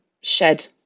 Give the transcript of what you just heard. shed